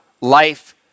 life